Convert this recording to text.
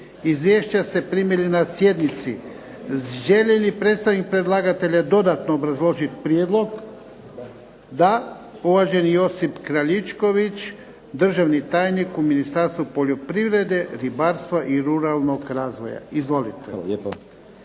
Izvješća ste primili na sjednici. Želi li predstavnik predlagatelja dodatno obrazložit prijedlog? Da. Uvaženi Josip Kraljičković, državni tajnik u Ministarstvu poljoprivrede, ribarstva i ruralnog razvoja. Izvolite.